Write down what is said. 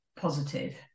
positive